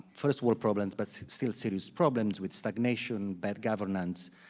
first world problems, but still serious problems with stagnation, bad governance,